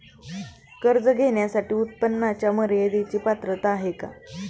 कर्ज घेण्यासाठी उत्पन्नाच्या मर्यदेची पात्रता आहे का?